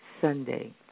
Sunday